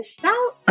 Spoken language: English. Shout